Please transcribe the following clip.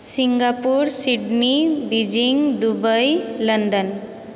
Singapore Sydney Beijing Dubai London